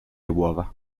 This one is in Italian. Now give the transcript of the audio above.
uova